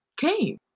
came